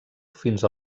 fins